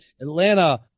Atlanta